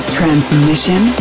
Transmission